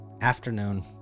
afternoon